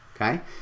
okay